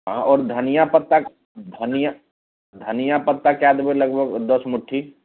हँ आओर धनियाँ पत्ता धनियाँ धनियाँ पत्ता कै देबै लगभग दस मुट्ठी